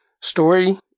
story